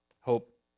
hope